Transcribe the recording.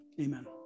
Amen